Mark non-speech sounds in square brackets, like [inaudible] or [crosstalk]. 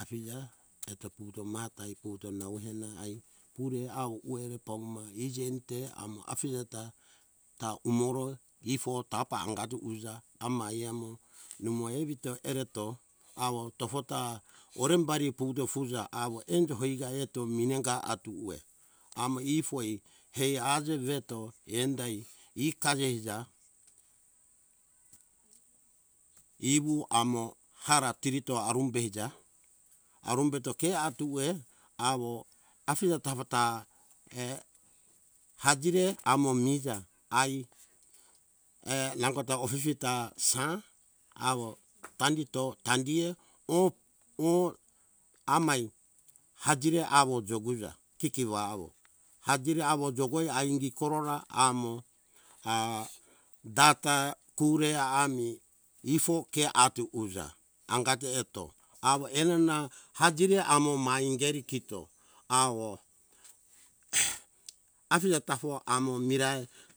afija eto puto mata ifuto nau ena ai pure au uere pama iji eni te amo afije ta ta umoro ifo tapa angatu uja amai emo numo evito ereto awo tofota orembari puto futo awo enjo heigae eto minega atu uwe amo ifoi e hai haje veto endai ikaje ija ewu amo ara tirito arumbe uja arumbeto ke atuwe awo afije tapa ta err atire amo meija ai err nangota ofi fi ta sa awo tandito tandie oh oh amai hajiri awo joguja kikiwa awo hajige awo jogo aingi korora amo ah data kure ami ifo ke atu uza angato eto awo enana ajeri amo mai ingeri kito awo [noise] afije tafo amo mirai